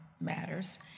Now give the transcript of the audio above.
matters